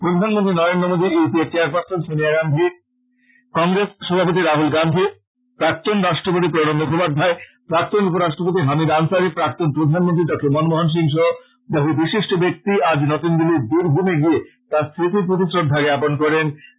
প্রধানমন্ত্রী Narendra Modi U P A chairperson Sonia Gandhi Congress সভাপতি রাহুল গান্ধী প্রাক্তন রাষ্ট্রপতি প্রণব মুখার্জী প্রাক্তন উপরাষ্ট্রপতি হামিদ আনসারী প্রাক্তন প্রধানমন্ত্রী ডক্টর মনমোহন সিং সহ বহু বিশিষ্ট ব্যাক্তিবর্গ আজ নতুন দিল্লীর বীরভ়মে গিয়ে তার স্মৃতির প্রতি শ্রদ্ধা জ্ঞাপন করেছেন